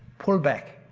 pull back.